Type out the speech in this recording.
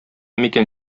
микән